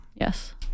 Yes